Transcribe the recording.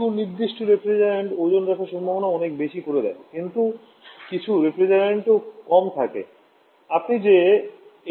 কিছু নির্দিষ্ট refrigerant ozone হ্রাসের সম্ভাবনা অনেক বেশি করে দেয় কিছু কিছু রেফ্রিজারেন্টও কম থাকে